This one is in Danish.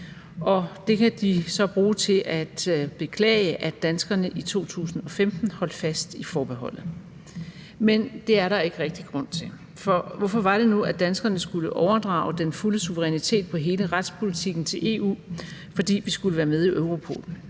Det kan de så bruge til at beklage, at danskerne i 2015 holdt fast i forbeholdet. Men det er der ikke rigtig grund til. For hvorfor var det nu, at danskerne skulle overdrage den fulde suverænitet over hele retspolitikken til EU, fordi vi skulle være med i Europol?